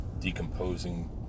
decomposing